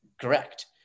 Correct